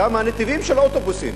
גם הנתיבים של אוטובוסים,